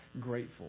grateful